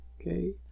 okay